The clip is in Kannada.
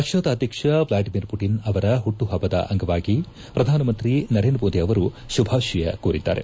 ರಷ್ಲಾದ ಅಧ್ಯಕ್ಷ ವ್ವಾಡಿಮಿರ್ ಮಟನ್ ಅವರ ಹುಟ್ಲುಹಬ್ಲದ ಅಂಗವಾಗಿ ಪ್ರಧಾನಮಂತ್ರಿ ನರೇಂದ್ರ ಮೋದಿ ಅವರು ಶುಭಾಷಯ ಕೋರಿದ್ದಾರೆ